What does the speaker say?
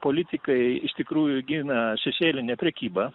politikai iš tikrųjų gina šešėlinę prekybą